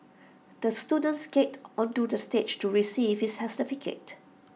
the student skated onto the stage to receive his certificate